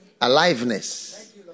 Aliveness